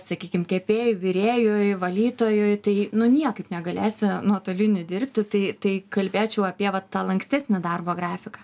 sakykim kepėju virėjui valytojui tai nu niekaip negalėsi nuotoliniu dirbti tai tai kalbėčiau apie vat tą lankstesnį darbo grafiką